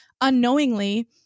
unknowingly